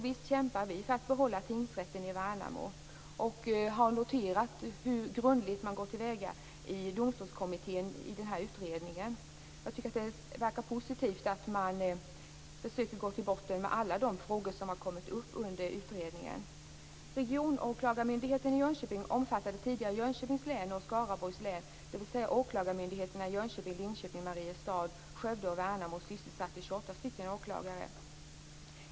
Visst kämpar vi för att behålla tingsrätten i Värnamo, och vi har noterat hur grundligt Domstolskommittén går till väga i den här utredningen. Det verkar positivt att man försöker gå till botten med alla de frågor som har kommit upp under utredningen. åklagarmyndigheterna i Jönköping, Lidköping, Mariestad, Skövde och Värnamo. Den sysselsatte 28 åklagare.